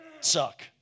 suck